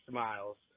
miles